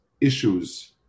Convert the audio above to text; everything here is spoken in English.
issues